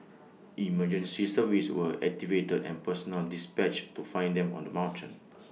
emergency services were activated and personnel dispatched to find them on the mountain